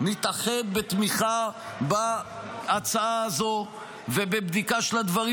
נתאחד בתמיכה בהצעת הזאת ובבדיקה של הדברים